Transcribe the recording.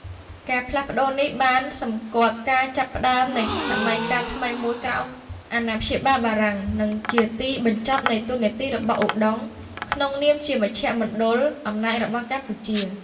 ការផ្លាស់ប្តូរនេះបានសម្គាល់ការចាប់ផ្តើមនៃសម័យកាលថ្មីមួយក្រោមអាណាព្យាបាលបារាំង និងជាទីបញ្ចប់នៃតួនាទីរបស់ឧដុង្គក្នុងនាមជាមជ្ឈមណ្ឌលអំណាចរបស់កម្ពុជា។